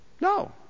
No